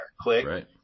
Click